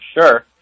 sure